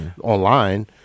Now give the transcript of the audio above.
online